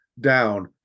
down